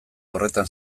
horretan